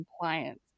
compliance